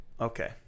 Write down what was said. Okay